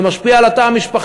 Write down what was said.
זה גם משפיע על התא המשפחתי.